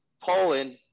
Poland